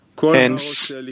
Hence